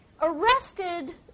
arrested